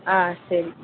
ஆ சரி